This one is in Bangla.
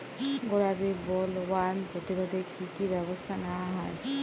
গোলাপী বোলওয়ার্ম প্রতিরোধে কী কী ব্যবস্থা নেওয়া হয়?